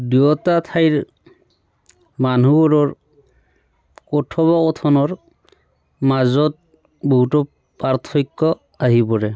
দুয়োটা ঠাইৰ মানুহবোৰৰ কথোপকথনৰ মাজত বহুতো পাৰ্থক্য আহি পৰে